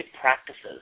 practices